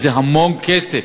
זה המון כסף.